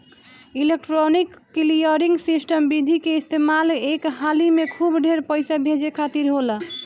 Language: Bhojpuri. इलेक्ट्रोनिक क्लीयरिंग सिस्टम विधि के इस्तेमाल एक हाली में खूब ढेर पईसा भेजे खातिर होला